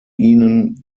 ihnen